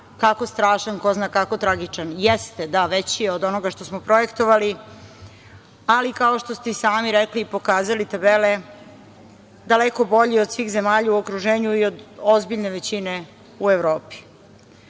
kako strašan, ko zna kako tragičan. Jeste, da, veći je od onoga što smo projektovali, ali kao što ste i sami rekli i pokazali tabele, daleko je bolji od svih zemalja u okruženju i od ozbiljne većine u Evropi. Ono